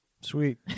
Sweet